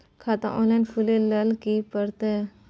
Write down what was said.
खाता ऑनलाइन खुले ल की करे परतै?